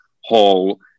whole